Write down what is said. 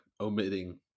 omitting